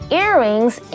earrings